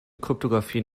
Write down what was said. kryptographie